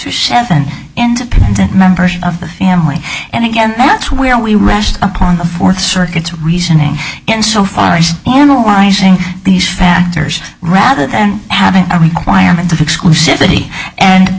or seven independent members of the family and again that's where we rest upon the fourth circuit's reasoning in so far as analyzing these factors rather than having a requirement of exclusivity and